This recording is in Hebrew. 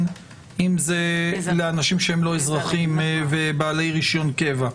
אם זה לאנשים שאינם אזרחים ובעלי רשיון קבע.